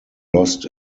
lost